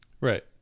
Right